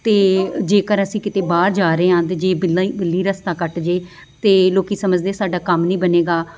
ਅਤੇ ਜੇਕਰ ਅਸੀਂ ਕਿਤੇ ਬਾਹਰ ਜਾ ਰਹੇ ਹਾਂ ਅਤੇ ਜੇ ਪਹਿਲਾਂ ਹੀ ਬਿੱਲੀ ਰਸਤਾ ਕੱਟ ਜੇ ਤਾਂ ਲੋਕ ਸਮਝਦੇ ਸਾਡਾ ਕੰਮ ਨਹੀਂ ਬਣੇਗਾ